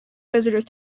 visitors